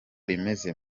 rimeze